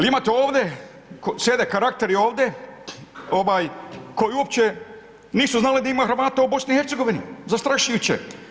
Imate ovdje, sjede karakteri ovdje koji uopće nisu znali da ima Hrvata u BiH-u, zastrašujuće.